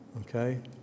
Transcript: Okay